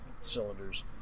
cylinders